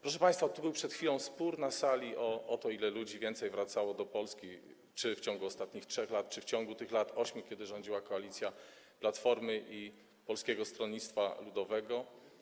Proszę państwa, tu był przed chwilą spór na sali o to, o ile ludzi więcej wróciło do Polski w ciągu ostatnich 3 lat i w ciągu tych 8 lat, kiedy rządziła koalicja Platformy i Polskiego Stronnictwa Ludowego.